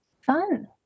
fun